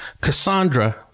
Cassandra